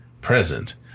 present